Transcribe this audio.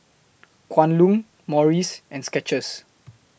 Kwan Loong Morries and Skechers